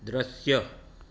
દૃશ્ય